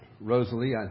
Rosalie